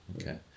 okay